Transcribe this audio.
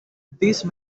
these